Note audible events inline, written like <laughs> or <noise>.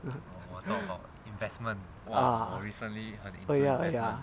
<laughs> ah oh ya ya